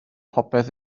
popeth